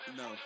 no